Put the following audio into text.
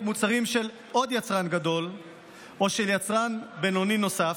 מוצרים של עוד יצרן גדול או של יצרן בינוני נוסף,